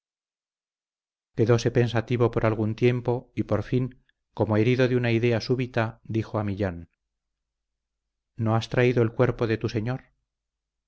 quedáse pensativo por algún tiempo y por fin como herido de una idea súbita dijo a millán no has traído el cuerpo de tu señor